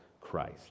Christ